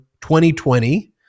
2020